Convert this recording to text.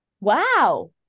Wow